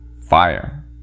fire